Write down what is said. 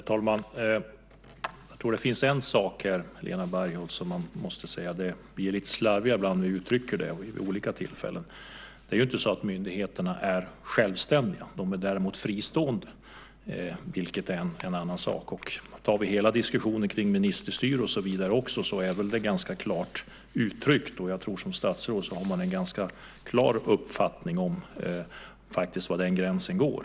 Herr talman! Jag tror att det finns en sak här, Helena Bargholtz, som man måste säga. Vi är lite slarviga ibland när vi uttrycker oss vid olika tillfällen. Det är inte så att myndigheterna är självständiga. De är däremot fristående, vilket är en annan sak. Ser vi på hela diskussionen är det väl ganska klart uttryckt vad som är ministerstyre. Jag tror att man som statsråd har en ganska klar uppfattning om var gränsen går.